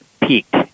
peaked